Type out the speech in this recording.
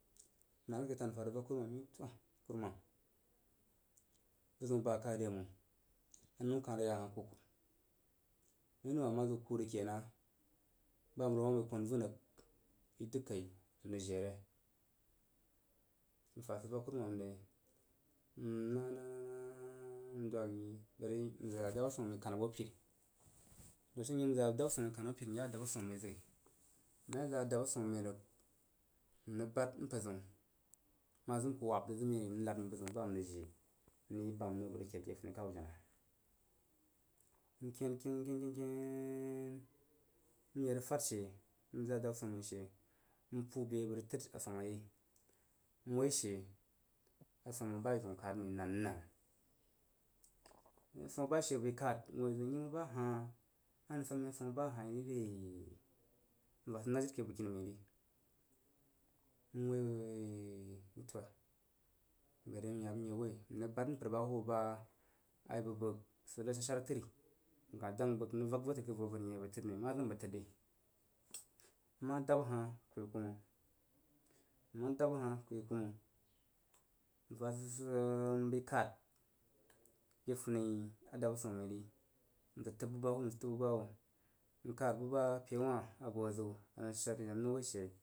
N na ke tan n fa rəg fag kuruman n yi toah kuruma bəzəun ba ka re yei məng anəu kah rəg ya hah ku, ku. Anəun kah mah ziw ku rəg ke nah ba m ro ma bəi kon vun rəg i dəg kai n rəg jii re? N fa id vak kurumam re yei, n nah nah nah n dwag, n yi bari n zəg a dab swoh məi kan bo piri, n shi nyi za dab swoh məi kan bo piri nya adab swoh məi zəghi. M ma ye zəg a dab swoh məi rəg m rəg bad mpərzəun ma zim ku wab rəg zəg məi n rəg nad məi bəzəun ba n rəg jii n rəg yi ba məi ro a bəg rəg jii ake funi kau, nken keen ken ken nye rəg fad she n zəg adab gwoh mə she n puube abəg rəg təd a swamp yei n rəg woi she aswamp bai zəun kad məi nannun. Aswamp bai she bəi kad, n woi woi nyi ba hah anji swamp məi aswame ba hah ri re? N fa sid rəg nag jiri ke bəgkini məi ri n woi woi nyi toah bari nyak nye woi n rəg bad mpərba hub a ibəg bəg sid shad shad təri n kah dang bəg nyi n rəg vakvo təri ke be bəg ri ma zim bəg təd ri, mma ab a hah kuyi ku məng, mma dab a hah ku yi kuməng, n fa sid sid sid m bəi kad ake funi adab swoh məiri n sid təb buba hub, sid təb bu ba hub n kad bu ba pewah a bəg hoo zəu n kah shad n dang yi wuh she.